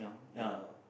ya lah